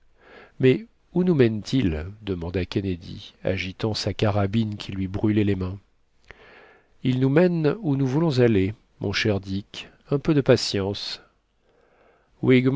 mais où nous mène-t-il demanda kennedy agitant sa carabine qui lui brillait les mains il nous mène où nous voulons aller mon cher dick un peu de patience